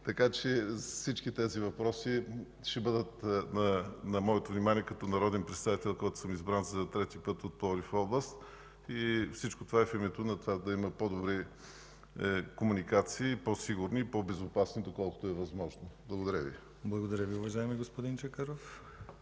Така че всички тези въпроси ще бъдат на моето внимание като народен представител, който е избран за трети път от Пловдив област. Всичко това е в името на това да има по-добри комуникации, по-сигурни и по-безопасни, доколкото е възможно. Благодаря Ви. ПРЕДСЕДАТЕЛ ДИМИТЪР ГЛАВЧЕВ: Благодаря Ви, уважаеми господин Чакъров.